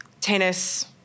tennis